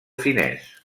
finès